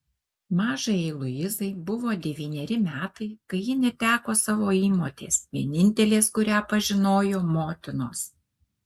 mažajai luizai buvo devyneri metai kai ji neteko savo įmotės vienintelės kurią pažinojo motinos